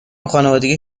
خانوادگی